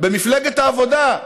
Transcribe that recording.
במפלגת העבודה,